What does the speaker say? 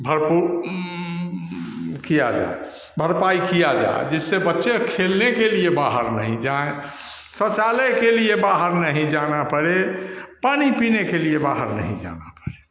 भरपूर किया जाए भरपाई की जाए जिससे बच्चे खेलने के लिए बाहर नहीं जाएँ शौचालय के लिए बाहर नहीं जाना पड़े पानी पीने के लिए बाहर नहीं जाना पड़े